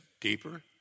deeper